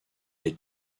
est